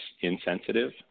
insensitive